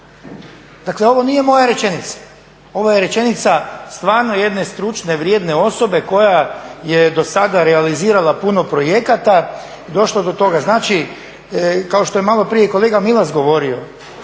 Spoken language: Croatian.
Dakle ovo nije moja rečenica, ovo je rečenica stvarno jedne stručne, vrijedne osobe koja je do sada realizirala puno projekata i došla do toga. Znači kao što je malo prije kolega Milas govorio